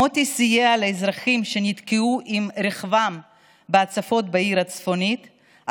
מוטי סייע לאזרחים שנתקעו עם רכבם בהצפות בעיר הצפונית,